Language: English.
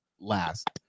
last